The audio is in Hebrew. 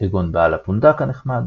כגון בעל-הפונדק הנחמד,